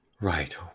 Right